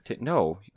No